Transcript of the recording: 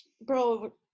Bro